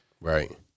Right